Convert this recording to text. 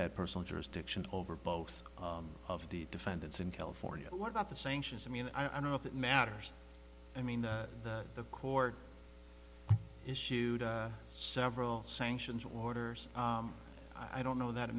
had personal jurisdiction over both of the defendants in california what about the sanctions i mean i don't know if that matters i mean the court issued several sanctions orders i don't know that it